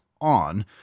on